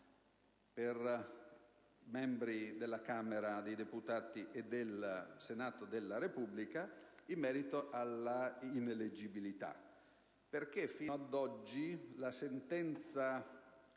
per i membri della Camera dei deputati e del Senato della Repubblica, in merito alla ineleggibilità. Fino ad oggi, infatti, la sentenza